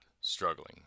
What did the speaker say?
struggling